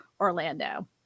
Orlando